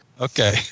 okay